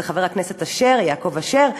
הוא חבר הכנסת יעקב אשר,